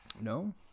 No